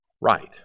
right